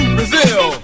Brazil